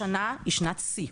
השנה היא שנת שיא.